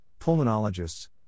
pulmonologists